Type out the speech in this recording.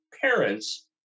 parents